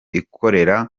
ikorera